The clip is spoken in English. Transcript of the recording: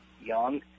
young